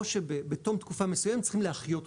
או שבתום תקופה מסוימת צריכים להחיות אותם,